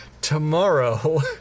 tomorrow